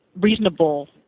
reasonable